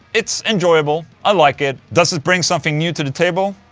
it's enjoyable, i like it. does it bring something new to the table?